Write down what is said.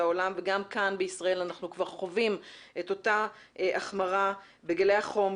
העולם וגם כאן בישראל אנחנו כבר חווים את אותה החמרה בגלי החום,